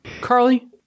Carly